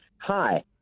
Hi